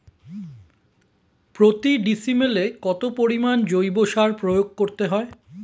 প্রতি ডিসিমেলে কত পরিমাণ জৈব সার প্রয়োগ করতে হয়?